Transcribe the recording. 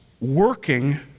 working